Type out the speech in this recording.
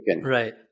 right